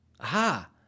Aha